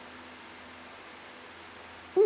mm